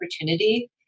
opportunity